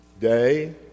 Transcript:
day